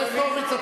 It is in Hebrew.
חבר הכנסת הורוביץ,